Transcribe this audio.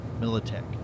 Militech